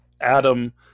Adam